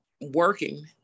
working